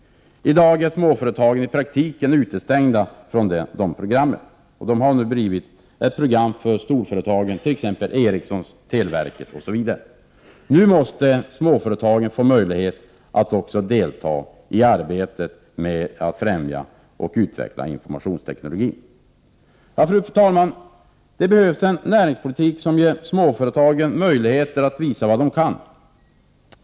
I dag är småföretagen i praktiken utestängda från detta program. Det har blivit ett program för storföretagen, t.ex. Ericsson och televerket. Nu måste också småföretagen få möjlighet att delta i arbetet för att främja och utveckla informationsteknologin. Fru talman! Det behövs en näringspolitik som ger småföretagen möjlighet att visa vad de kan.